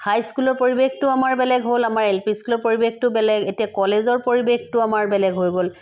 হাই স্কুলৰ পৰিৱেশটো আমাৰ বেলেগ হ'ল আমাৰ এল পি স্কুলৰ পৰিৱেশটো বেলেগ এতিয়া কলেজৰ পৰিৱেশটো আমাৰ বেলেগ হৈ গ'ল